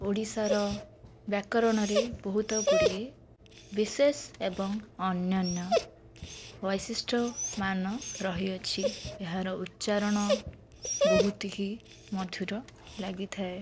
ଓଡ଼ିଶାର ବ୍ୟାକରଣରେ ବହୁତ ଗୁଡ଼ିଏ ବିଶେଷ ଏବଂ ଅନ୍ୟାନ୍ୟ ବୈଶିଷ୍ଠମାନ ରହିଅଛି ଏହାର ଉଚ୍ଚାରଣ ବହୁତ ହିଁ ମଧୁର ଲାଗିଥାଏ